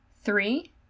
Three